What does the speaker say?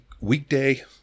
weekday